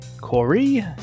Corey